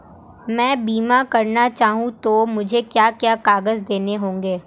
मैं बीमा करना चाहूं तो मुझे क्या क्या कागज़ देने होंगे?